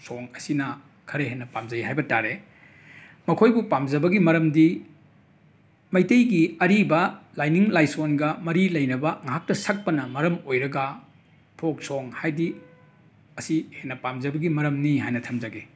ꯁꯣꯡ ꯑꯁꯤꯅ ꯈꯔ ꯍꯦꯟꯅ ꯄꯥꯝꯖꯩ ꯍꯥꯏꯕ ꯇꯥꯔꯦ ꯃꯈꯣꯏꯕꯨ ꯄꯥꯝꯖꯕꯒꯤ ꯃꯔꯝꯗꯤ ꯃꯩꯇꯩꯒꯤ ꯑꯔꯤꯕ ꯂꯥꯏꯅꯤꯡ ꯂꯥꯏꯁꯣꯟꯒ ꯃꯔꯤ ꯂꯩꯅꯕ ꯉꯥꯛꯇ ꯁꯛꯄꯅ ꯃꯔꯝ ꯑꯣꯏꯔꯒ ꯐꯣꯛ ꯁꯣꯡ ꯍꯥꯏꯗꯤ ꯑꯁꯤ ꯍꯦꯟꯅ ꯄꯥꯝꯖꯕꯒꯤ ꯃꯔꯝꯅꯤ ꯍꯥꯏꯅ ꯊꯝꯖꯒꯦ